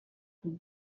чтобы